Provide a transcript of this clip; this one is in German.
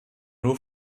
nur